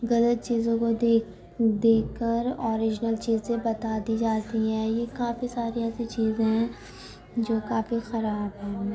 غلط چیزوں کو دیکھ دیکھ کر اوریجنل چیزیں بتا دی جاتی ہیں یہ کافی ساری ایسی چیزیں ہیں جو کافی خراب ہیں